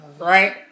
Right